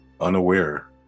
unaware